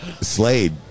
Slade